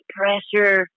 pressure